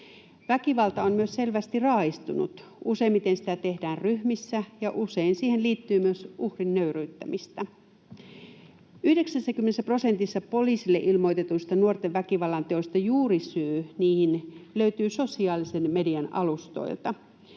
Väkivalta on myös selvästi raaistunut. Useimmiten sitä tehdään ryhmissä, ja usein siihen liittyy myös uhrin nöyryyttämistä. 90 prosentissa poliisille ilmoitetuista nuorten väkivallanteoista juurisyy niihin löytyy sosiaalisen median alustoilta.